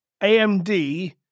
AMD